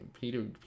Peter